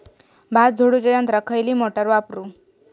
भात झोडूच्या यंत्राक खयली मोटार वापरू?